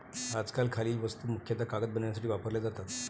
आजकाल खालील वस्तू मुख्यतः कागद बनवण्यासाठी वापरल्या जातात